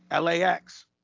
LAX